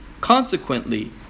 consequently